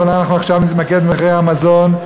אבל אנחנו עכשיו נתמקד במחירי המזון,